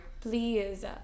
Please